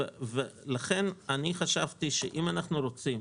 לכן חשבתי שאם אנחנו רוצים